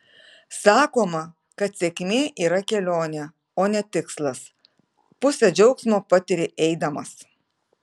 sakoma kad sėkmė yra kelionė o ne tikslas pusę džiaugsmo patiri eidamas